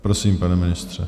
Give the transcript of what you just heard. Prosím, pane ministře.